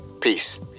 Peace